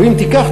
ואם תיקח,